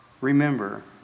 Remember